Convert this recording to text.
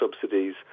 subsidies